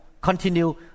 continue